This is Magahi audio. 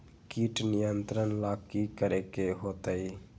किट नियंत्रण ला कि करे के होतइ?